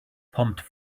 pumped